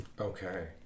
Okay